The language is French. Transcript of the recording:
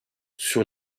sur